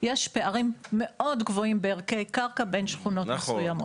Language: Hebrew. יש פערים מאוד גבוהים בערכי קרקע בין שכונות מסוימות.